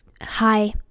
Hi